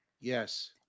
Yes